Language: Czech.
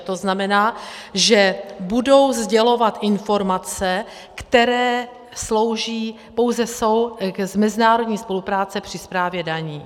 To znamená, že budou sdělovat informace, které slouží pouze k mezinárodní spolupráci při správě daní.